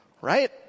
right